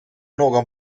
någon